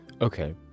Okay